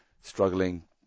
struggling